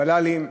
ולל"ים,